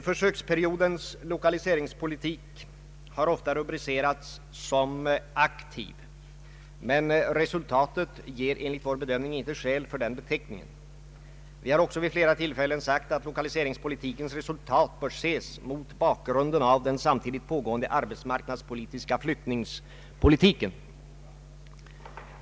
Försöksperiodens lokaliseringspolitik har ofta rubricerats som aktiv, men resultatet gör enligt vår bedömning inte skäl för den beteckningen. Vi har också vid flera tillfällen sagt att lokaliseringspolitikens resultat bör ses mot bakgrunden av den samtidigt pågående arbetsmarknadspolitiska = flyttningspolitiken.